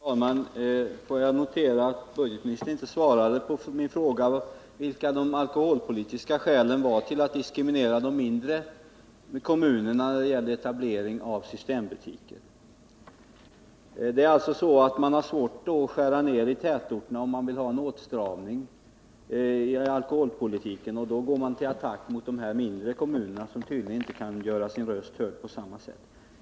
Herr talman! Jag noterar att budgetministern inte svarade på min fråga om vilka alkoholpolitiska skäl som fanns för att diskriminera de mindre kommunerna när det gäller etablering av systembutiker. Det är tydligen så att man har svårt att göra nedskärningar i tätorterna för att åstadkomma en åtstramning i alkoholpolitiken, och då går man till attack mot de mindre kommunerna som inte kan göra sina röster hörda på samma sätt.